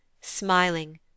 Smiling